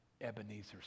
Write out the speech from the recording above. Ebenezer